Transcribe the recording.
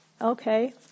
Okay